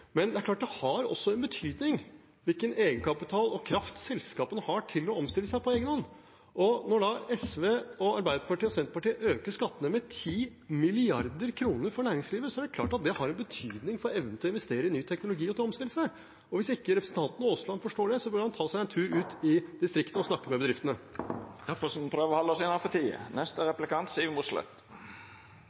Men det er klart at det også har betydning hvilken egenkapital og kraft selskapene har til å omstille seg på egenhånd. Når da SV, Arbeiderpartiet og Senterpartiet øker skattene med 10 mrd. kr for næringslivet, er det klart at det har en betydning for evnen til å investere i ny teknologi og til å omstille seg. Hvis ikke representanten Aasland forstår det, bør han ta seg en tur ut i distriktene og snakke med bedriftene. Vi må prøva å halda oss